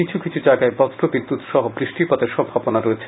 কিছু কিছু জায়গায় বজ্র বিদ্যুৎ সহ বৃষ্টিপাতের সম্ভাবনা রয়েছে